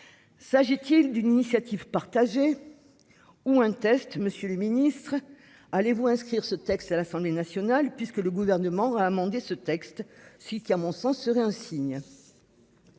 S'agit-il d'une initiative partagée. Ou un test. Monsieur le Ministre, allez vous inscrire ce texte à l'Assemblée nationale puisque le gouvernement va amender ce texte si qui à mon sens, serait un signe.